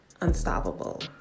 unstoppable